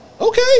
Okay